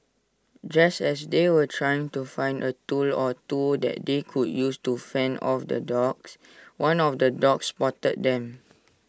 just as they were trying to find A tool or two that they could use to fend off the dogs one of the dogs spotted them